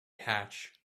hatch